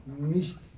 nicht